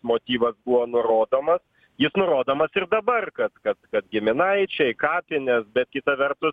motyvas buvo nurodomas jis nurodomas ir dabar kad kad kad giminaičiai kapines bet kita vertus